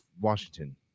Washington